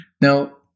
Now